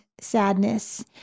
sadness